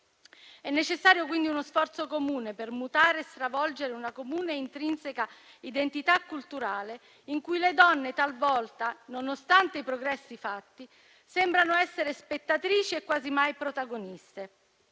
È necessario quindi uno sforzo comune per mutare e stravolgere una comune e intrinseca identità culturale, in cui le donne talvolta, nonostante i progressi fatti, sembrano essere spettatrici e quasi mai protagoniste.